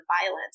violence